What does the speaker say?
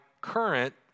current